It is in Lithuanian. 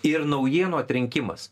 ir naujienų atrinkimas